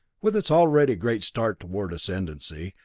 with its already great start toward ascendancy,